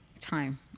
time